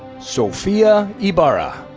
sofia ibarra.